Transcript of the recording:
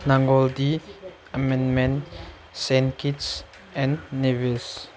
ꯅꯥꯡꯒꯣꯜ ꯇꯤ ꯑꯦꯃꯦꯟꯃꯦꯟ ꯁꯦꯟ ꯀꯤꯠꯁ ꯑꯦꯟ ꯅꯦꯕꯤꯜꯁ